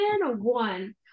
one